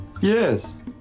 Yes